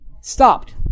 stopped